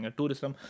Tourism